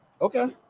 okay